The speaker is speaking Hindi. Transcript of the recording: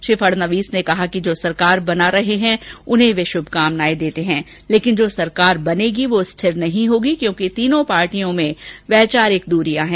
श्री फडणवीस ने कहा कि जो सरकार बना रहे हैं उन्हें वे श्मकामनाए देते हैं लेकिन जो सरकार बनेगी वह स्थिर नहीं होगी क्योंकि तीनों पार्टियों में वैचारिक दूरियां हैं